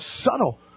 subtle